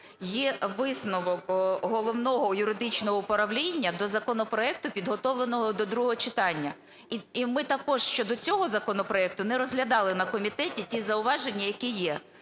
є висновок Головного юридичного управління до законопроекту, підготовленого до другого читання. І ми також щодо цього законопроекту не розглядали на комітеті ті зауваження, які є.